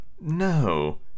No